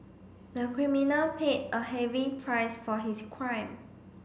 the criminal paid a heavy price for his crime